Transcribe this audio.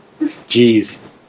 Jeez